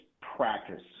practice